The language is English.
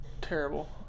terrible